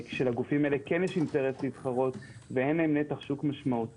כשלגופים האלה כן יש אינטרס להתחרות ואין להם נתח שוק משמעותי,